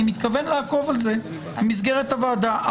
אני מתכוון לעקוב אחר זה במסגרת הוועדה.